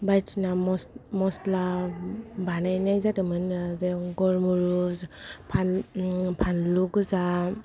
बायदिसिना मसला बानायनाय जादोंमोन गलमुरिज फानलु गोजा